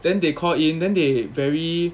then they call in then they very